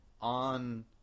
on